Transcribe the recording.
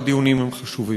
והדיונים הם חשובים.